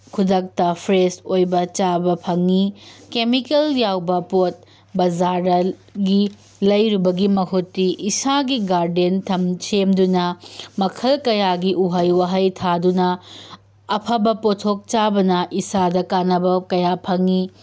ꯈꯨꯗꯛꯇ ꯐ꯭ꯔꯦꯁ ꯑꯣꯏꯕ ꯆꯥꯕ ꯐꯪꯉꯤ ꯀꯦꯃꯤꯀꯦꯜ ꯌꯥꯎꯕ ꯄꯣꯠ ꯕꯖꯥꯔꯗꯒꯤ ꯂꯩꯔꯨꯕꯒꯤ ꯃꯍꯨꯠꯇꯤ ꯏꯁꯥꯒꯤ ꯒꯥꯔꯗꯦꯟ ꯁꯦꯝꯗꯨꯅ ꯃꯈꯜ ꯀꯌꯥꯒꯤ ꯎꯍꯩ ꯋꯥꯍꯩ ꯊꯥꯗꯨꯅ ꯑꯐꯕ ꯄꯣꯠꯊꯣꯛ ꯆꯥꯕꯅ ꯏꯁꯥꯗ ꯀꯥꯟꯅꯕ ꯀꯌꯥ ꯐꯪꯉꯤ